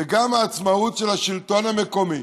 העצמאות של השלטון המקומי,